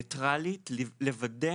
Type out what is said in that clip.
ניטרלית, לוודא